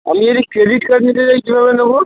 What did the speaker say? আমি যদি credit card নিতে চাই কীভাবে নেব